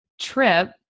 trip